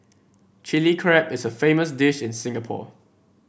Chilli Crab is a famous dish in Singapore